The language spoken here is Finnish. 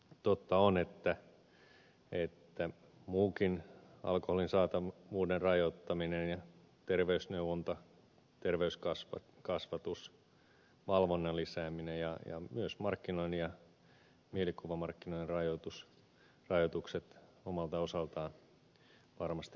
totta on että muukin alkoholin saatavuuden rajoittaminen ja terveysneuvonta terveyskasvatus valvonnan lisääminen ja myös markkinoinnin ja mielikuvamarkkinoinnin rajoitukset omalta osaltaan varmasti vaikuttavat